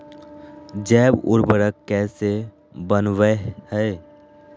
जैव उर्वरक कैसे वनवय हैय?